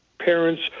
parents